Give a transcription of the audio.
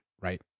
Right